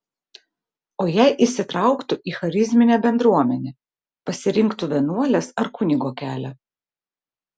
o jei įsitrauktų į charizminę bendruomenę pasirinktų vienuolės ar kunigo kelią